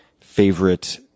favorite